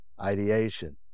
ideation